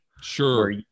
Sure